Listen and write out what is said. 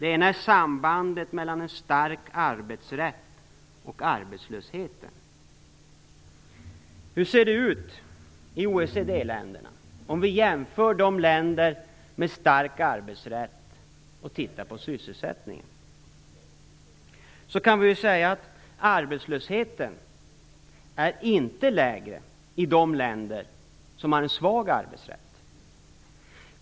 En gäller sambandet mellan en stark arbetsrätt och arbetslöshet. Hur ser det ut i OECD-länderna? Om vi jämför länderna med stark arbetsrätt och ser på sysselsättningen där kan vi säga att arbetslösheten inte är lägre i de länder som har en svag arbetsrätt.